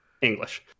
English